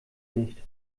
nicht